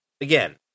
Again